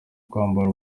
kwambara